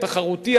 התחרותי,